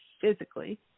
physically